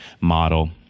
model